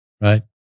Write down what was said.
Right